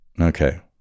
Okay